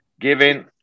giving